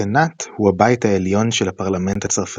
הסנאט הוא הבית העליון של הפרלמנט הצרפתי,